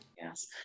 Yes